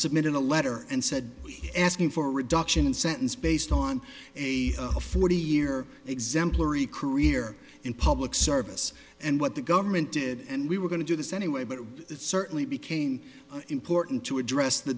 submitted a letter and said asking for a reduction in sentence based on a forty year exemplary career in public service and what the government did and we were going to do this anyway but it certainly became important to address the